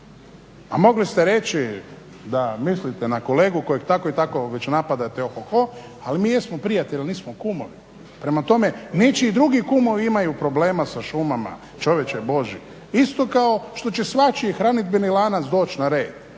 Pa mogli ste reći da mislite na kolegu kojeg tako i tako već napadate o-ho-ho ali mi jesmo prijatelji a nismo kumovi. Prema tome, nečiji drugi kumovi imaju problema sa šumama, čovječe Božji. Isto kao što će svačiji hranidbeni lanac doći na red.